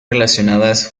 relacionadas